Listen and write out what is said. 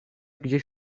gdzieś